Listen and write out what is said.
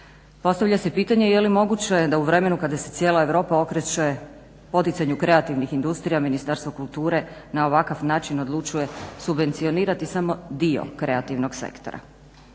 Postavlja se pitanje je li moguće da u vremenu kada se cijela Europa okreće poticanju kreativnih industrija Ministarstva kulture na ovakav način odlučuje subvencionirati samo dio kreativnog sektora.